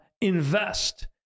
invest